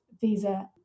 visa